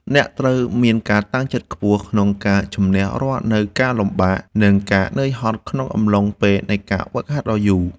អ្នកត្រូវមានការតាំងចិត្តខ្ពស់ក្នុងការជម្នះនូវរាល់ការលំបាក និងការហត់នឿយក្នុងអំឡុងពេលនៃការហ្វឹកហាត់ដ៏យូរ។